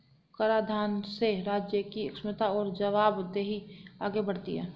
कराधान से राज्य की क्षमता और जवाबदेही आगे बढ़ती है